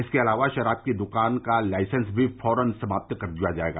इसके अलावा शराब की दुकान का लाइसेंस भी फौरन समाप्त कर दिया जायेगा